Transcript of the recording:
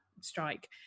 strike